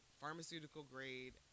pharmaceutical-grade